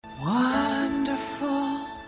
Wonderful